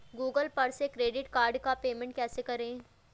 Google पर से credit card का पेमेंट कैसे करें?